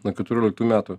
nuo keturioliktų metų